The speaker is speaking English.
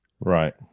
Right